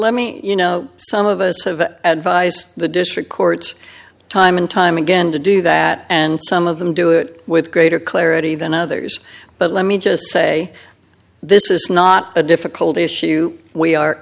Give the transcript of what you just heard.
let me you know some of us have a visor the district court time and time again to do that and some of them do it with greater clarity than others but let me just say this is not a difficult issue we are